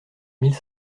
mille